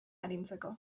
arintzeko